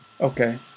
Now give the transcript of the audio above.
okay